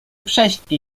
prześpi